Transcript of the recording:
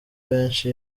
benshi